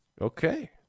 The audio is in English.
Okay